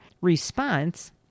response